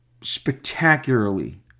spectacularly